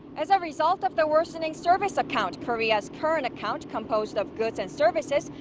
as a result of the worsening service account. korea's current account, composed of goods and services,